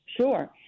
Sure